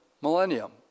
millennium